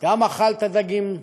גם אכל את הדגים המאוד-מאוד-עבשים,